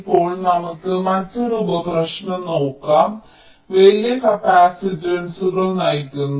ഇപ്പോൾ നമുക്ക് മറ്റൊരു ഉപ പ്രശ്നം നോക്കാം വലിയ കപ്പാസിറ്റൻസുകൾ നയിക്കുന്നു